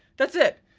that's it.